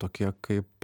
tokie kaip